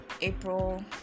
april